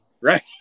Right